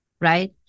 right